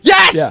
Yes